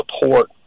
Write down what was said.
support